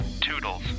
Toodles